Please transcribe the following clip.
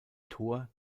tor